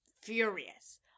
furious